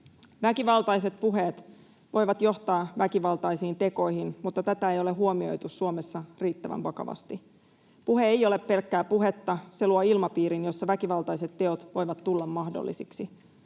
Väkivaltaiset puheet voivat johtaa väkivaltaisiin tekoihin, mutta tätä ei ole huomioitu Suomessa riittävän vakavasti. Puhe ei ole pelkkää puhetta. Se luo ilmapiirin, jossa väkivaltaiset teot voivat tulla mahdollisiksi,